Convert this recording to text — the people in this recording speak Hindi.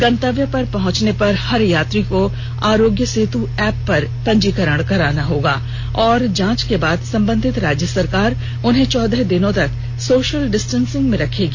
गंतव्य पर पहुंचने पर हर यात्री को आरोग्य सेतु ऐप पर पंजीकरण कराना होगा और जांच के बाद संबंधित राज्य सरकार उन्हें चौदह दिनों तक सोषल डिस्टेसिंग में रखेगी